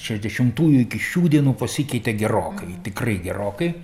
šešiasdešimtųjų iki šių dienų pasikeitė gerokai tikrai gerokai